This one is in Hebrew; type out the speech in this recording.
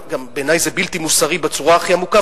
בעיני זה גם בלתי מוסרי בצורה הכי עמוקה,